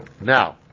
Now